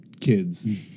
kids